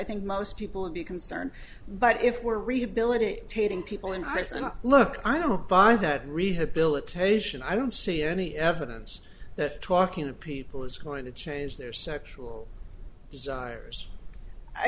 think most people would be concerned but if we're rehabilitate tating people in ice and look i don't buy that rehabilitation i don't see any evidence that talking to people is going to change their sexual desires i